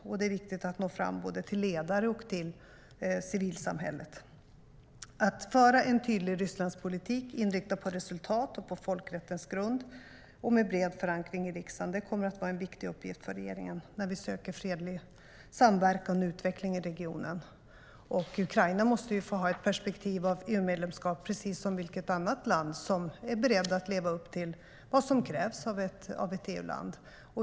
Och det är viktigt att nå fram både till ledare och till civilsamhället. Ukraina måste ju få ha ett perspektiv av EU-medlemskap precis som andra länder som är beredda att leva upp till vad som krävs av ett EU-land.